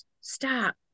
stop